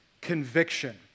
conviction